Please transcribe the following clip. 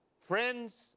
Friends